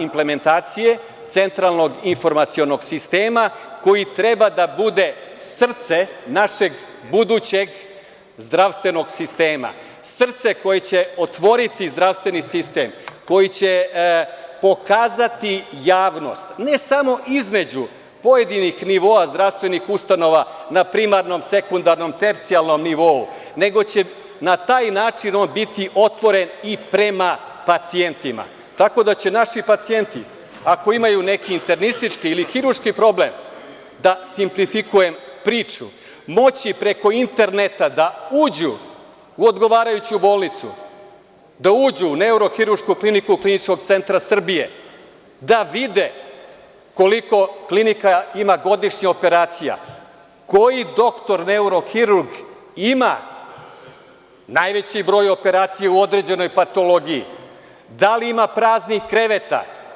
implementacije, centralnog informacionog sistema, koji treba da bude srce našeg budućeg zdravstvenog sistema, srce koje će otvoriti zdravstveni sistem, koje će pokazati javnost, ne samo između pojedinih nivoa zdravstvenih ustanova na primarnom, sekundarnom, tercijalnom nivou, nego će na taj način on biti otvoren i prema pacijentima, tako da će naši pacijenti ako imaju neki internistički ili hirurški problem, da simplifikujem priču, moći preko interneta da uđu u odgovarajuću bolnicu, da uđu u Neurohiruršku kliniku Kliničkog centra Srbije, da vide koliko klinika ima godišnje operacija, koji doktor, neurohirurg ima najveći broj operacija u određenoj patologiji, da li ima praznih kreveta.